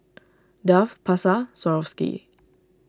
Dove Pasar Swarovski